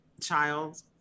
child